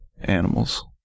animals